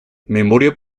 memoria